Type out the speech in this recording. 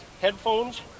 headphones